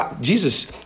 Jesus